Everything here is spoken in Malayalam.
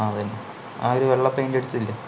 ആ അതു തന്നെ ഒരു വെള്ള പെയിന്റ് അടിച്ചില്ലേ